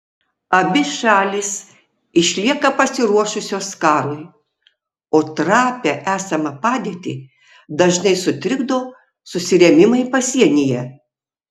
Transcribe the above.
abi šalys išlieka pasiruošusios karui o trapią esamą padėtį dažnai sutrikdo susirėmimai pasienyje